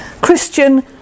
Christian